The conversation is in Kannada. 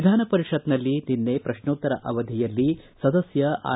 ವಿಧಾನ ಪರಿಷತ್ನಲ್ಲಿ ನಿನ್ನೆ ಪ್ರಶ್ನೋತ್ತರ ಅವಧಿಯಲ್ಲಿ ಸದಸ್ಯ ಆರ್